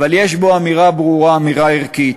אבל יש בו אמירה ברורה, אמירה ערכית: